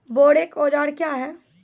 बोरेक औजार क्या हैं?